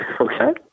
Okay